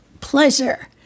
pleasure